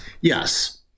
Yes